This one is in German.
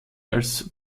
als